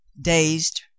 dazed